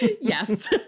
Yes